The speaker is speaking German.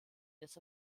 des